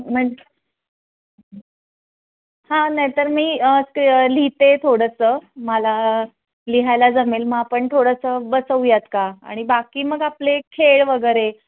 मन हां नाही तर मी लिहिते थोडंसं मला लिहायला जमेल मग आपण थोडंसं बसवूयात का आणि बाकी मग आपले खेळ वगैरे